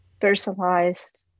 personalized